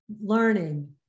learning